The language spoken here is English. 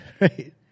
Right